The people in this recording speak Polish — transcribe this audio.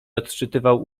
odczytywał